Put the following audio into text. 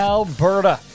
Alberta